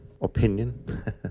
opinion